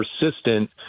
persistent